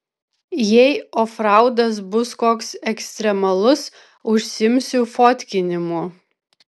jei ofraudas bus koks ekstremalus užsiimsiu fotkinimu